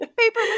paper